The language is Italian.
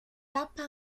tappa